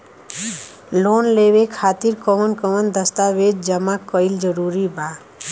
Loan लेवे खातिर कवन कवन दस्तावेज जमा कइल जरूरी बा?